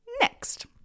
Next